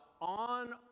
on